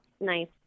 nice